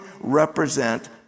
represent